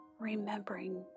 remembering